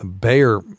Bayer